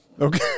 Okay